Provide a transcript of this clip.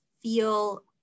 feel